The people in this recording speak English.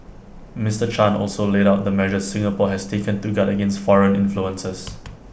Mister chan also laid out the measures Singapore has taken to guard against foreign influences